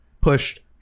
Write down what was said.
pushed